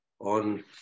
on